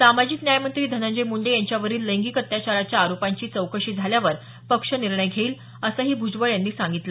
सामाजिक न्यायमंत्री धनंजय मुंडे यांच्यावरील लैंगिक अत्याचाराच्या आरोपांची चौकशी झाल्यावर पक्ष निर्णय घेईल असंही भूजबळ यांनी सांगितलं